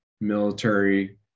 military